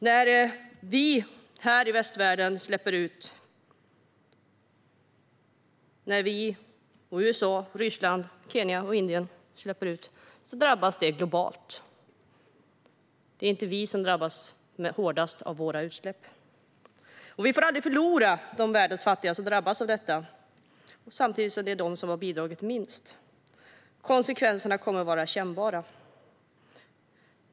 När vi i västvärlden, USA, Ryssland, Kenya och Indien släpper ut drabbar det globalt. Det är inte vi som drabbas hårdast av våra utsläpp. Vi får aldrig förlora världens fattiga som drabbas av detta, samtidigt som det är de som har bidragit minst. Konsekvenserna kommer att vara kännbara.